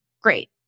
Great